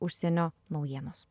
užsienio naujienos